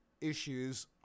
issues